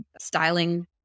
styling